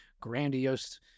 grandiose